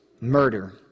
murder